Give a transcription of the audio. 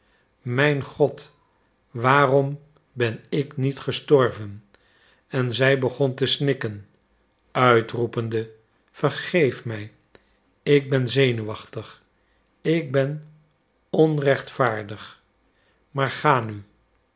mijn god waarom ben ik niet gestorven en zij begon te snikken uitroepende vergeef mij ik ben zenuwachtig ik ben onrechtvaardig maar ga nu